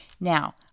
Now